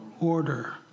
order